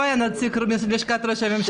לא היה נציג של לשכת ראש הממשלה.